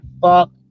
Fuck